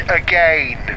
again